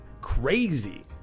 crazy